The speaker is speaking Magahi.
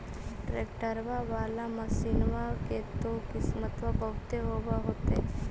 ट्रैक्टरबा बाला मसिन्मा के तो किमत्बा बहुते होब होतै?